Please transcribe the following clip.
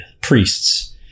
priests